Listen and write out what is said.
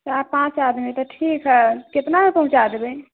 चारि पाँच आदमी तऽ ठीक हइ कितनामे पहुँचा देबै